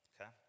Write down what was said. Okay